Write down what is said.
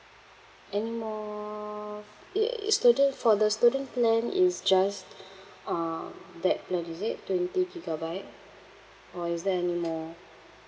anymore f~ i~ is student for the student plan is just um that plan is it twenty gigabyte or is there anymore